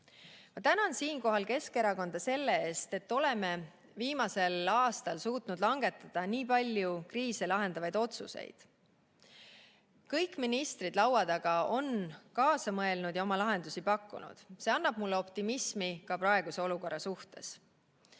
tänan siinkohal Keskerakonda selle eest, et oleme viimasel aastal suutnud langetada nii palju kriise lahendavaid otsuseid. Kõik ministrid laua taga on kaasa mõelnud ja oma lahendusi pakkunud. See annab mulle optimismi ka praeguse olukorra suhtes.